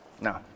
No